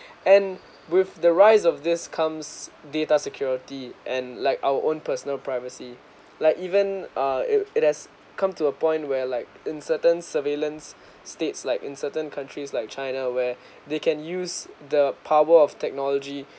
and with the rise of this comes data security and like our own personal privacy like even uh it it has come to a point where like in certain surveillance states like in certain countries like china where they can use the power of technology